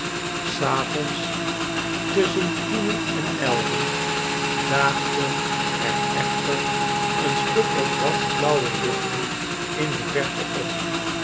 s avonds tusschen tienen en elven daagden er echter een stuk of wat flauwe lichten in de verte op